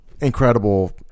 incredible